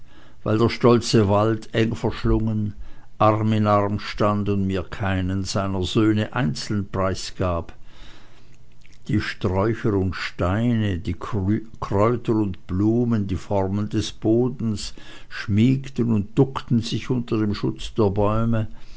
weil der stolze wald eng verschlungen arm in arm stand und mir keinen seiner söhne einzeln preisgab die sträucher und steine die kräuter und blumen die formen des bodens schmiegten und duckten sich unter den schutz der bäume